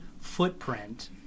footprint